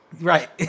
right